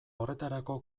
horretarako